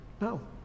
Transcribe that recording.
No